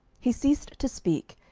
he ceased to speak,